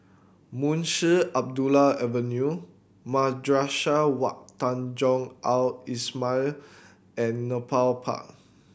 Munshi Abdullah Avenue Madrasah Wak Tanjong Al Islamiah and Nepal Park